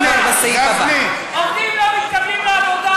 גפני, עובדים לא מתקבלים לעבודה